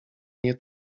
nie